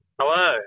hello